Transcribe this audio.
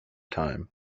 time